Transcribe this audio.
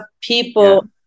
people